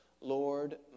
Lord